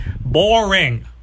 boring